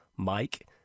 Mike